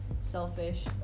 selfish